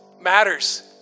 matters